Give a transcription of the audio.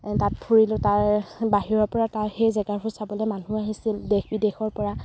তাত ফুৰিলোঁ তাৰ বাহিৰৰপৰা তাৰ সেই জেগাবোৰ চাবলৈ মানুহ আহিছিল দেশ বিদেশৰপৰা